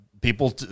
people